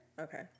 Okay